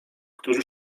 którzy